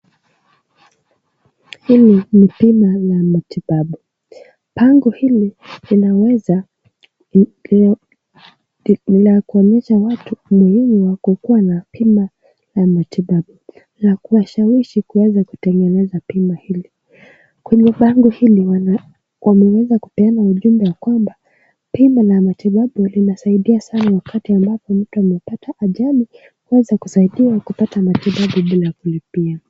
Hii ni bima l a matibabu . Bango ili linaweza... Niyakuonyeaha watu umuhimu wa kukuwa na bima ya matibabu na kuwashawishi na kutengeneza bima hili . Kwenye bango hili wana wanaweza kupeana ujumbe ya kwamba bima ya matibabu unaweza kusaidia wakati mtu amepata ajali bila kulipia.